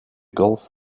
gulf